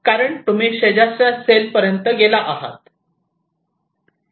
कारण तुम्ही शेजारच्या सेल पर्यंत गेला आहात